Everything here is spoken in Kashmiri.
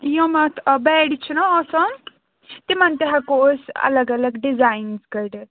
یِم اَتھ بیٚڈ چھِ نا آسان تِمَن تہِ ہیٚکو أسۍ الگ الگ ڈِزاینٕز کٔڑِتھ